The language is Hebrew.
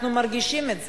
אנחנו מרגישים את זה,